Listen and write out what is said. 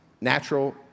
natural